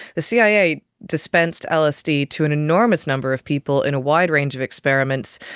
the cia dispensed lsd to an enormous number of people in a wide range of experiments.